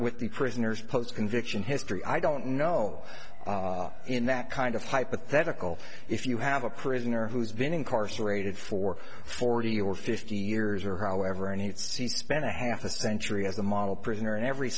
with the prisoner's post conviction history i don't know in that kind of hypothetical if you have a prisoner who's been incarcerated for forty or fifty years or however and he spent a half a century as a model prisoner and every